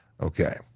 Okay